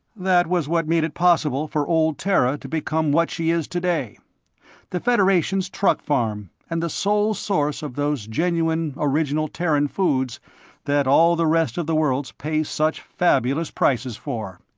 that was what made it possible for old terra to become what she is today the federation's truck farm, and the sole source of those genuine original terran foods that all the rest of the worlds pay such fabulous prices for.